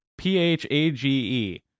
phage